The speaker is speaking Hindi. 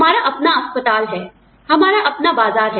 हमारा अपना अस्पताल है हमारा अपना बाजार है